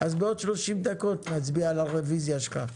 בעוד 30 דקות נצביע על הרביזיה שלך.